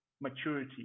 maturity